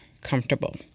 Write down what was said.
comfortable